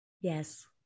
Yes